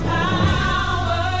power